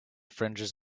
fringes